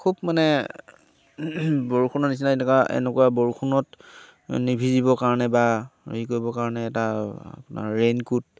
খুব মানে বৰষুণৰ নিচিনাই এনেকুৱা এনেকুৱা বৰষুণত নিভিজিবৰ কাৰণে বা হেৰি কৰিবৰ কাৰণে এটা আপোনাৰ ৰেইনকোট